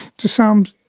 to some,